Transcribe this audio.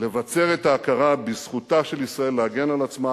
לבצר את ההכרה בזכותה של ישראל להגן על עצמה,